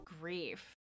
grief